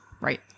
Right